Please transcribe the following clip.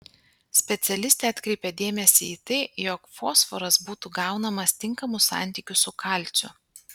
specialistė atkreipia dėmesį į tai jog fosforas būtų gaunamas tinkamu santykiu su kalciu